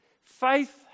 Faith